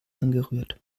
angerührt